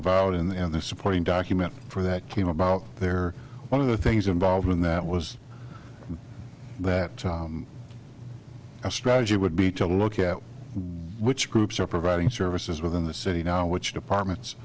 about in the end the supporting document for that came about there one of the things involved in that was that a strategy would be to look at which groups are providing services within the city now which departments